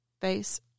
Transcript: face